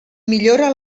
millora